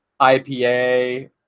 IPA